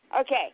Okay